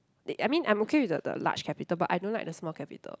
that I mean I'm okay with the the large capital but I don't like the small capital